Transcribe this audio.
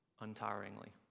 untiringly